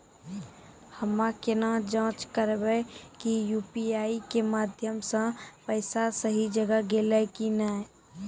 हम्मय केना जाँच करबै की यु.पी.आई के माध्यम से पैसा सही जगह गेलै की नैय?